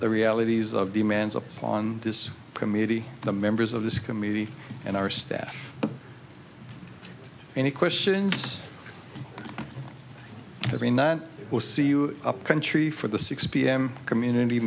the realities of demands upon this committee the members of this committee and our staff any questions that mean that we'll see you up country for the six p m community